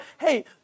hey